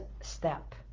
step